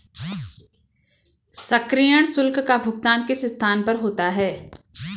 सक्रियण शुल्क का भुगतान किस स्थान पर होता है?